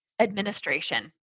Administration